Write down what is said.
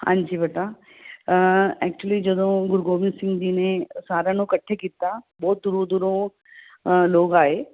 ਹਾਂਜੀ ਬੇਟਾ ਐਕਚੁਲੀ ਜਦੋਂ ਗੁਰੂ ਗੋਬਿੰਦ ਸਿੰਘ ਜੀ ਨੇ ਸਾਰਿਆਂ ਨੂੰ ਇਕੱਠੇ ਕੀਤਾ ਬਹੁਤ ਦੂਰੋਂ ਦੂਰੋਂ ਲੋਕ ਆਏ